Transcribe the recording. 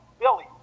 Billy